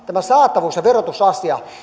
tämä saatavuus ja verotusasia